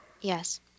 Yes